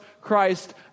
Christ